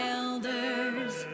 elders